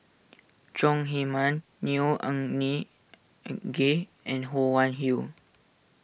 Chong Heman Neo Anngee and Ho Wan Hui